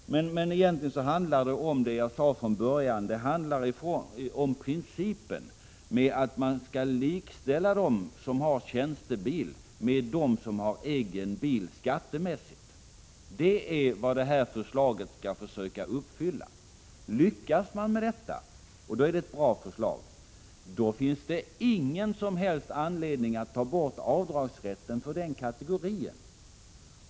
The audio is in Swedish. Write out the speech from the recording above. Som jag sade tidigare handlar det egentligen om principen att man skattemässigt skall likställa dem som har tjänstebil med dem som har egen bil. Det är avsikten med detta förslag. Lyckas man med detta är det ett bra förslag. Då finns det ingen som helst anledning att slopa rätten till avdrag för den kategorin.